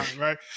right